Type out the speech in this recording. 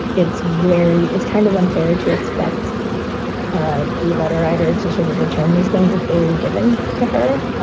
it's very it's kind of unfair to expect ah the letter writer to sort of return these things if they were given to her.